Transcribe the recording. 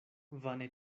vane